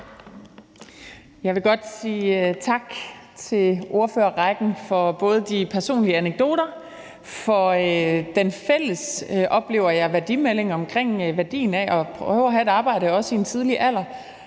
Jeg vil blot sige tak til ordførerrækken både for de personlige anekdoter og for den, oplever jeg, fælles værdimelding omkring værdien af det at prøve at have et arbejde, også i en tidlig alder,